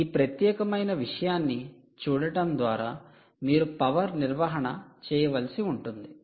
ఈ ప్రత్యేకమైన విషయాన్ని చూడటం ద్వారా మీరు పవర్ నిర్వహణ చేయవలసి ఉంటుంది